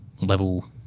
level